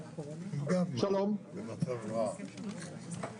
הוראות סימן א' יחולו על שירותי בריאות שרכשה קופת